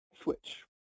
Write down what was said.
switch